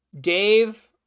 dave